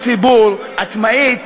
שתהיה לה רשות שידור עצמאית,